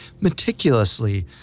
meticulously